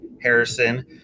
Harrison